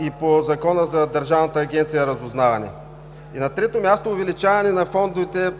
и по Закона за Държавната агенция „Разузнаване“. И на трето място, увеличаване на фондовете